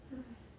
!hais!